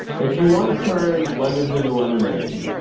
if you want to turn lemons into lemonade,